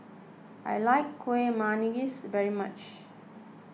I like Kuih Manggis very much